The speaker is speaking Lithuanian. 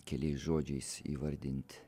keliais žodžiais įvardint